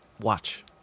watch